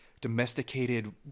domesticated